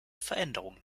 veränderungen